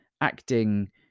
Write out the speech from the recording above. acting